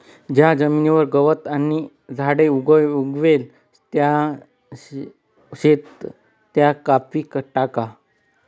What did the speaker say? ज्या जमीनवर गवत आणि झाडे उगेल शेत त्या कापी टाका